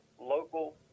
local